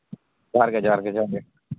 ᱡᱚᱸᱦᱟᱨ ᱜᱮ ᱡᱚᱸᱦᱟᱨ ᱜᱮ ᱡᱚᱸᱦᱟᱨ ᱜᱮ